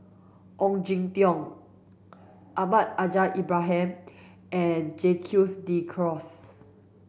Ong Jin Teong Almahdi Al Haj Ibrahim and Jacques de Coutre